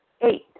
Eight